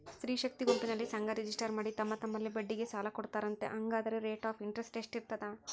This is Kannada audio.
ಸ್ತ್ರೇ ಶಕ್ತಿ ಗುಂಪಿನಲ್ಲಿ ಸಂಘ ರಿಜಿಸ್ಟರ್ ಮಾಡಿ ತಮ್ಮ ತಮ್ಮಲ್ಲೇ ಬಡ್ಡಿಗೆ ಸಾಲ ಕೊಡ್ತಾರಂತೆ, ಹಂಗಾದರೆ ರೇಟ್ ಆಫ್ ಇಂಟರೆಸ್ಟ್ ಎಷ್ಟಿರ್ತದ?